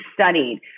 studied